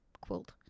quilt